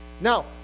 now